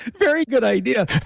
very good idea.